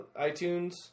iTunes